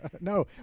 No